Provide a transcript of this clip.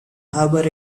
harbour